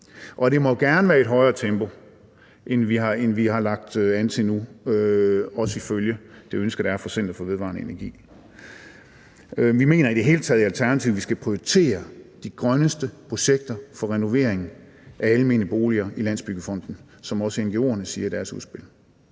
Det må gerne være i et højere tempo, end vi har lagt an til indtil nu, også ifølge det ønske, der er fra Nordisk Folkecenter for Vedvarende Energi. Vi mener i det hele taget i Alternativet, at vi skal prioritere de grønneste projekter for renovering af almene boliger i Landsbyggefonden, som også ngo'erne siger i deres udspil.